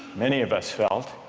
many of us felt,